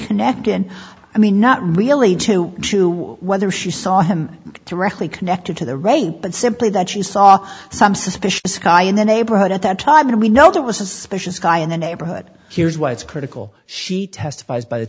connected i mean not really to whether she saw him directly connected to the rape but simply that she saw some suspicious guy in the neighborhood at that time and we know there was suspicious guy in the neighborhood here's why it's critical she testifies by the